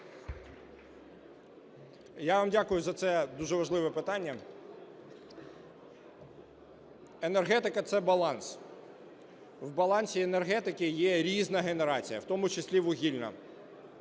Я вам дякую за це дуже важливе питання. Енергетика – це баланс. В балансі енергетики є різна генерація, в тому числі вугільна.